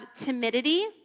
timidity